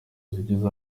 zigize